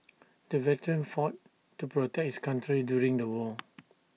the veteran fought to protect his country during the war